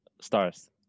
stars